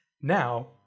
Now